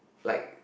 like